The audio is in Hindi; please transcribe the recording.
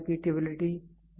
अच्छा रिपीटेबिलिटी